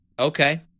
Okay